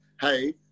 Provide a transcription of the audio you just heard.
hey